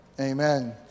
amen